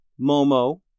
Momo